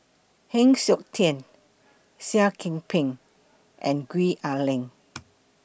Heng Siok Tian Seah Kian Peng and Gwee Ah Leng